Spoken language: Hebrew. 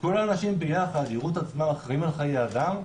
כשכל האנשים ביחד יראו את עצמם אחראים על חיי אדם,